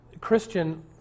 Christian